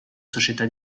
società